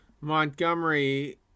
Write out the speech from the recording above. Montgomery